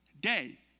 day